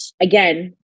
again